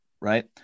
Right